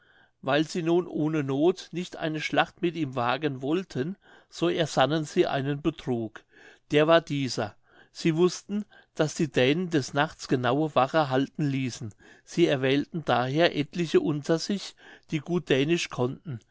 weil sie nun ohne noth nicht eine schlacht mit ihm wagen wollten so ersannen sie einen betrug der war dieser sie wußten daß die dänen des nachts genaue wache halten ließen sie erwählten daher etliche unter sich die gut dänisch konnten